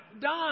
done